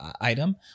item